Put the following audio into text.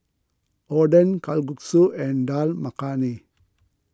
Oden Kalguksu and Dal Makhani